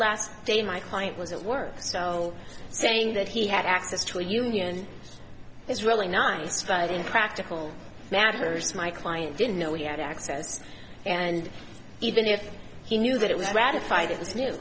last day my client was at work style saying that he had access to a union is really nice but in practical matters my client didn't know he had access and even if he knew that it was ratified it was new